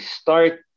start